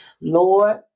Lord